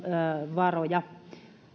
varoja